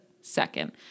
second